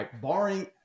barring